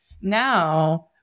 now